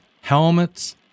helmets